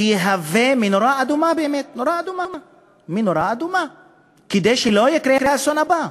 שיהווה באמת נורה אדומה, כדי שלא יקרה האסון הבא.